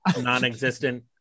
non-existent